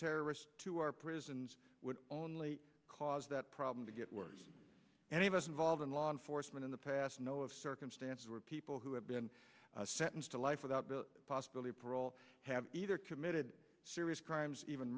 terrorists to our prisons would only cause that problem to get worse any of us involved in law enforcement in the past know of circumstances where people who have been sentenced to life without possibility of parole have either committed serious crimes even